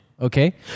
Okay